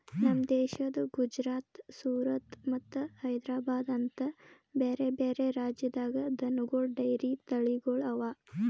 ನಮ್ ದೇಶದ ಗುಜರಾತ್, ಸೂರತ್ ಮತ್ತ ಹೈದ್ರಾಬಾದ್ ಅಂತ ಬ್ಯಾರೆ ಬ್ಯಾರೆ ರಾಜ್ಯದಾಗ್ ದನಗೋಳ್ ಡೈರಿ ತಳಿಗೊಳ್ ಅವಾ